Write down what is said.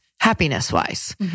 happiness-wise